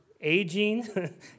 aging